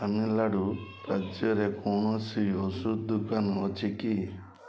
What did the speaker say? ତାମିଲନାଡ଼ୁ ରାଜ୍ୟରେ କୌଣସି ଔଷଧ ଦୋକାନ ଅଛି କି